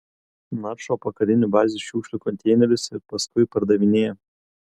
naršo po karinių bazių šiukšlių konteinerius ir paskui pardavinėja